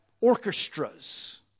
orchestras